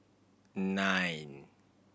nine